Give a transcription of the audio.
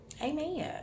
Amen